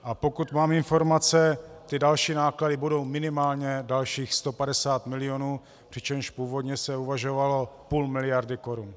A pokud mám informace, další náklady budou dalších minimálně 150 milionů, přičemž původně se uvažovalo půl miliardy korun.